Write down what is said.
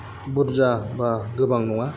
बुरजा बा गोबां नङा